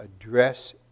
address